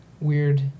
weird